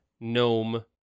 gnome